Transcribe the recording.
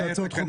אני